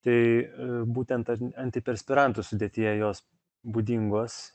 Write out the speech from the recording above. tai būtent antiperspirantų sudėtyje jos būdingos